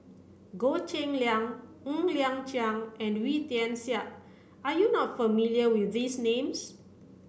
Goh Cheng Liang Ng Liang Chiang and Wee Tian Siak are you not familiar with these names